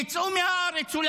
יצאו מהארץ,